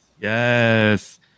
Yes